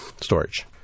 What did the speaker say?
storage